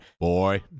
Boy